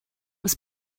was